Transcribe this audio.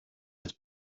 этот